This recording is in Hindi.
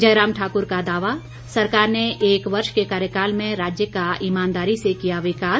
जयराम ठाकुर का दावा सरकार ने एक वर्ष के कार्यकाल में राज्य का ईमानदारी से किया विकास